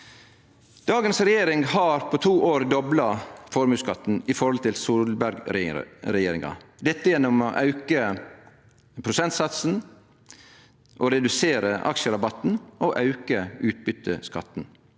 Dagens regjering har på to år dobla formuesskatten i forhold til Solberg-regjeringa. Dette har dei gjort gjennom å auke prosentsatsen, redusere aksjerabatten og auke utbyteskatten.